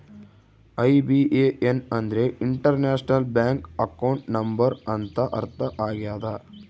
IBAN ಅಂದ್ರೆ international bank account number ಅಂತ ಅರ್ಥ ಆಗ್ಯದ